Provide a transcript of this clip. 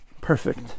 perfect